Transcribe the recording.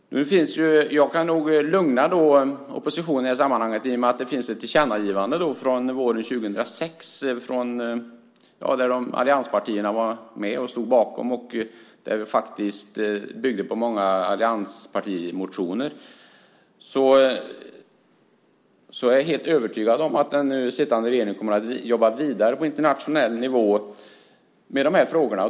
Jag kan nog lugna oppositionen i detta sammanhang i och med att det finns ett tillkännagivande från våren 2006 som allianspartierna stod bakom. Det byggde på många motioner från allianspartierna. Jag är helt övertygad om att den sittande regeringen kommer att jobba vidare på internationell nivå med dessa frågor.